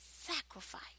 sacrifice